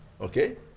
Okay